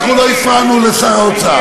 אנחנו לא הפרענו לשר האוצר.